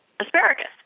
asparagus